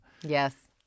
Yes